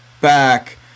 back